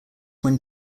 when